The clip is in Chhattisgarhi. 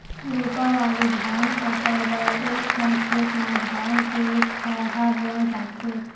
रोपा वाले धान फसल बर एकठन खेत म धान के थरहा बोए जाथे